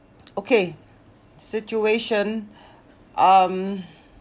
okay situation um